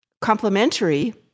complementary